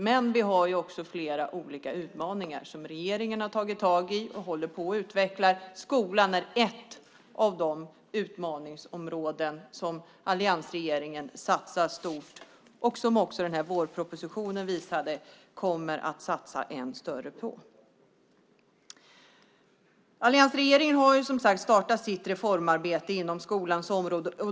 Men vi har också flera utmaningar som regeringen har tagit tag i och utvecklar. Skolan är ett av de utmaningsområden som alliansregeringen satsar stort på. Som vårpropositionen visade kommer man att satsa ännu mer på det. Alliansregeringen har, som sagt, startat sitt reformarbete inom skolans område.